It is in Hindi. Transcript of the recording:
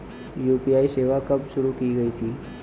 यू.पी.आई सेवा कब शुरू की गई थी?